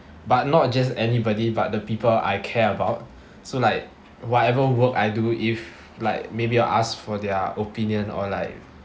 but not just anybody but the people I care about so like whatever work I do if like maybe I'll ask for their opinion or like